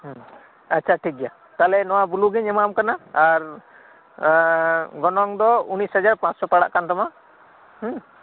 ᱦᱮᱸ ᱟᱪᱷᱟ ᱴᱷᱤᱠᱜᱮᱭᱟ ᱛᱟᱦᱚᱞᱮ ᱱᱚᱣᱟ ᱵᱞᱩᱜᱤᱧ ᱮᱢᱟᱢ ᱠᱟᱱᱟ ᱟᱨ ᱜᱚᱱᱚᱝ ᱫᱚ ᱩᱱᱤᱥᱦᱟᱡᱟᱨ ᱯᱟᱸᱪᱥᱚ ᱯᱟᱲᱟᱜ ᱠᱟᱱᱛᱟᱢᱟ ᱦᱮᱸ